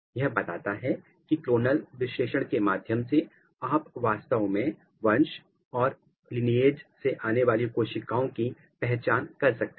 यह बताता है कि क्लोनल विश्लेषण के माध्यम से आप वास्तव में वंश और वंश लीनिएज से आने वाली कोशिकाओं की पहचान कर सकते हैं